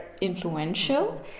influential